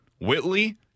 Whitley